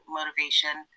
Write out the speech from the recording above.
motivation